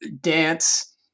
dance